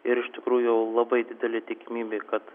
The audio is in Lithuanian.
ir iš tikrųjų labai didelė tikimybė kad